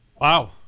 Wow